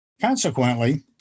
Consequently